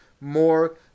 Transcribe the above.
more